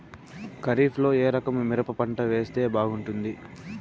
ఖరీఫ్ లో ఏ రకము మిరప పంట వేస్తే బాగుంటుంది